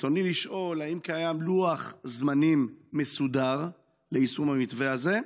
ברצוני לשאול: 1. האם קיים לוח זמנים מסודר ליישום המתווה הזה?